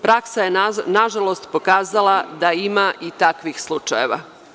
Praksa je, nažalost, pokazala da ima i takvih slučajeva.